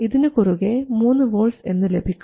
ഇതിന് കുറുകെ 3 വോൾട്ട്സ് എന്ന് ലഭിക്കും